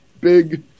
big